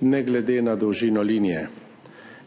ne glede na dolžino linije.